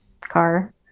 car